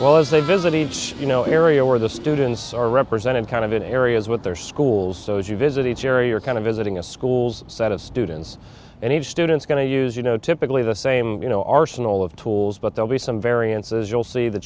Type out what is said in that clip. well as they visit each you know area where the students are represented kind of in areas with their schools so as you visit each area you're kind of visiting a school's set of students and each student's going to use you know typically the same you know arsenal of tools but they'll be some variances you'll see the